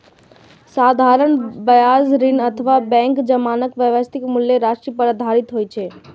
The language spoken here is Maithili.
साधारण ब्याज ऋण अथवा बैंक जमाक वास्तविक मूल राशि पर आधारित होइ छै